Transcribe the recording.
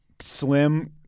slim